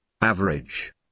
average